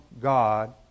God